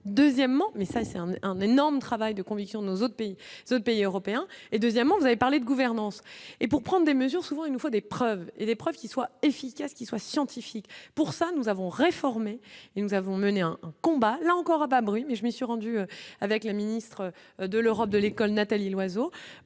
deuxièmement mais ça c'est un un énorme travail de conviction nos autres pays ce pays européens et, deuxièmement, vous avez parlé de gouvernance et pour prendre des mesures, souvent, il nous faut des preuves et les preuves qui soit efficace qui soit scientifique pour cela nous avons réformé et nous avons mené un combat là encore à bas bruit, mais je me suis rendu avec la ministre de l'Europe de l'école Nathalie Loiseau